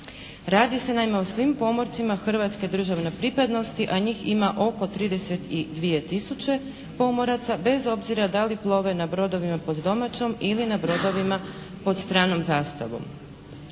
Radi se naime o svim pomorcima hrvatske državne pripadnosti a njih ima oko 32 tisuće pomoraca bez obzira da li plove na brodovima pod domaćom ili na brodovima pod stranom zastavom.